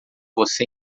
você